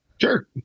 Sure